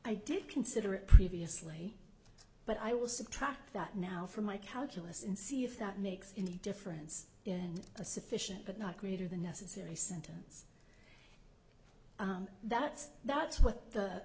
i did consider it previously but i will subtract that now from my calculus and see if that makes any difference in a sufficient but not greater than necessary sentence that's that's what the